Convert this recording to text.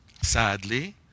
Sadly